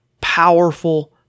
powerful